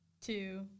two